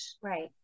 Right